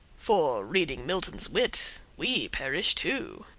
for reading milton's wit we perish too.